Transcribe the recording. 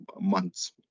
months